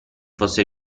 fosse